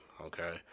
Okay